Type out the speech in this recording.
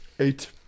Eight